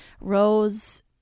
Rose